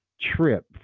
trip